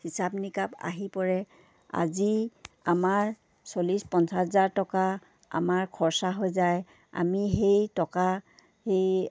হিচাপ নিকাব আহি পৰে আজি আমাৰ চল্লিছ পঞ্চাছ হাজাৰ টকা আমাৰ খৰচা হৈ যায় আমি সেই টকা সেই